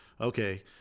okay